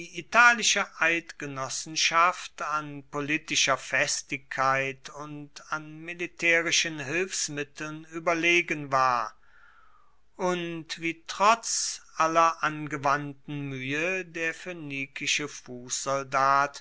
italische eidgenossenschaft an politischer festigkeit und an militaerischen hilfsmitteln ueberlegen war und wie tief trotz aller angewandten muehe der